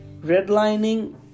redlining